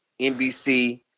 NBC